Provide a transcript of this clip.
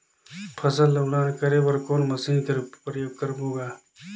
फसल ल उड़ान करे बर कोन मशीन कर प्रयोग करबो ग?